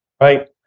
right